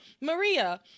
Maria